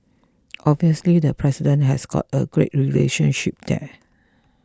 obviously the president has got a great relationship there